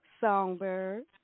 Songbird